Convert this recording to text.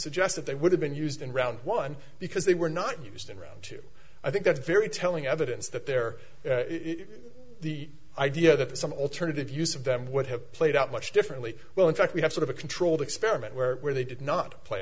suggest that they would have been used in round one because they were not used in round two i think that's very telling evidence that there the idea that some alternative use of them would have played out much differently well in fact we have sort of a controlled experiment where they did not play